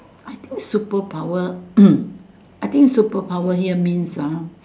I think superpower I think superpower here means ah